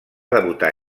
debutar